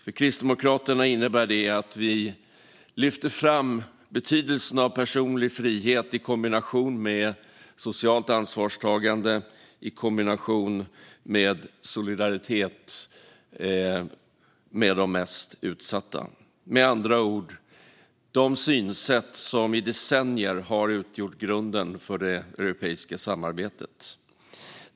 För Kristdemokraterna innebär det att vi lyfter fram betydelsen av personlig frihet i kombination med socialt ansvarstagande och solidaritet med de mest utsatta, med andra ord de synsätt som i decennier har utgjort grunden för det europeiska samarbetet.